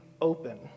open